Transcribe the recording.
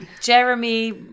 Jeremy